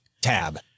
tab